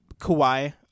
Kawhi